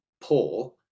poor